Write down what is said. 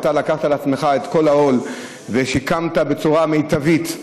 ואתה לקחת על עצמך את כל העול ושיקמת בצורה מיטבית,